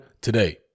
today